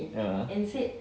(uh huh)